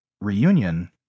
Reunion